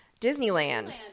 Disneyland